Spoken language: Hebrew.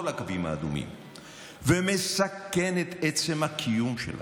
הקווים האדומים ומסכן את עצם הקיום שלנו.